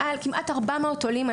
כמעט 400 עולים.